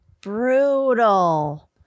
brutal